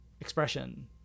expression